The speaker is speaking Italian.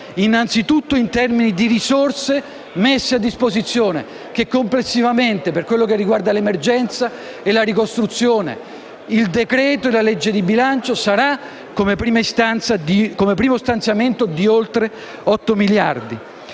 innanzitutto in termini di risorse messe a disposizione. Complessivamente, per quanto riguarda l'emergenza e la ricostruzione, nel decreto-legge e nella legge di bilancio vi saranno un primo stanziamento di oltre 8 miliardi